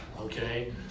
okay